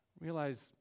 realize